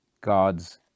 God's